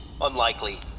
Unlikely